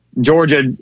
Georgia